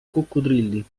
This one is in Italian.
coccodrilli